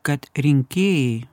kad rinkėjai